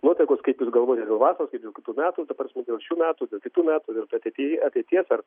nuotaikos kaip jūs galvojate dėl vasaros kaip dėl kitų metų ta prasme dėl šių metų dėl kitų metų ir ateity ateities ar